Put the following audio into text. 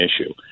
issue